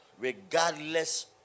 Regardless